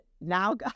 now